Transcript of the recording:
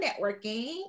networking